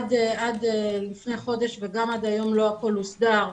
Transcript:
עד לפני חודש וגם עד היום לא הכול הוסדר.